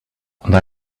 they